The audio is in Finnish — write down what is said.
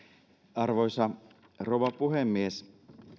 arvoisa rouva puhemies